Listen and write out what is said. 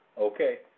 Okay